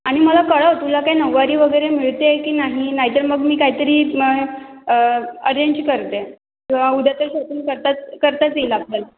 आणि मला कळव तुला काही नऊवारी वगैरे मिळते आहे की नाही नाहीतर मग मी काहीतरी अरेंज करते तर उद्या तर शॉपिंग करताच करताच येईल आपल्याला